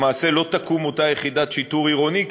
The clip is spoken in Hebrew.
למעשה לא תקום אותה יחידת שיטור עירוני,